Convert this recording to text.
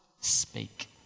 speak